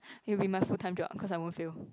it'll be my full time job because I won't fail